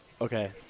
Okay